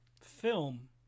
film